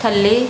ਥੱਲੇ